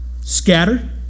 scatter